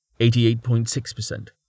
88.6%